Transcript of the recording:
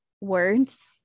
words